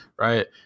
right